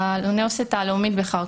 האוניברסיטה הלאומית בחרקוב.